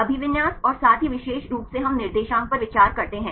अभिविन्यास और साथ ही विशेष रूप से हम निर्देशांक पर विचार करते हैं